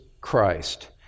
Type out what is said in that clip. Christ